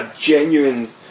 genuine